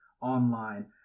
online